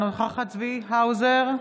אינה נוכחת צבי האוזר,